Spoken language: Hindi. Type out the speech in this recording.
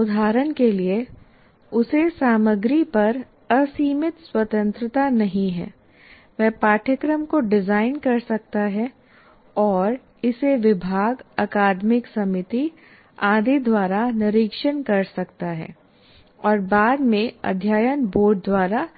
उदाहरण के लिए उसे सामग्री पर असीमित स्वतंत्रता नहीं है वह पाठ्यक्रम को डिजाइन कर सकता है और इसे विभाग अकादमिक समिति आदि द्वारा निरीक्षण कर सकता है और बाद में अध्ययन बोर्ड द्वारा